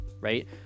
right